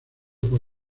por